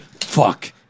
Fuck